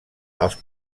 els